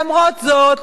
למרות זאת,